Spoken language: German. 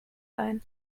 ein